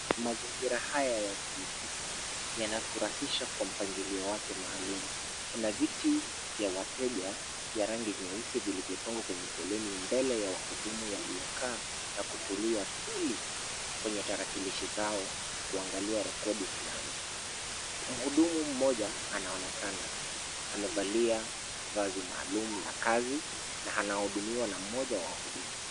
Mazingira haya ya kiofisi yanafurahisha kwa mpangilio wake maalum. Kuna viti vya wateja, vya rangi nyeusi vilivyopangwa kwenye foleni, mbele ya wahudumu waliokaa na kutulia tuli kwenye tarakilishi zao, kuangalia rekodi fulani. Mhudumu mmoja anaonekana amevalia vazi maalum la kazi na anahudumiwa na mmoja wa wahudumu.